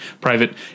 private